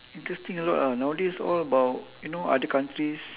interesting a lot ah nowadays all about you know other countries